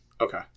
Okay